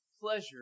pleasure